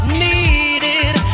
needed